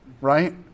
Right